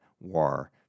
WAR